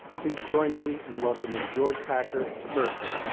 please join me in welcoming george packer to berkeley.